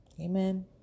Amen